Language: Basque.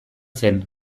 zen